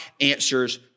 answers